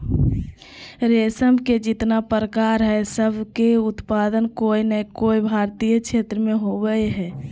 रेशम के जितना प्रकार हई, सब के उत्पादन कोय नै कोय भारतीय क्षेत्र मे होवअ हई